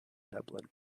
dublin